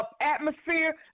atmosphere